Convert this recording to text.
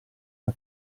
una